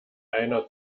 einer